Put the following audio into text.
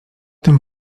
tym